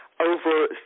over